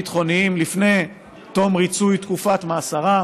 ביטחוניים לפי תום ריצוי תקופת מאסרם.